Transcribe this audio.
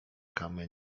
kamy